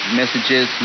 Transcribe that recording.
messages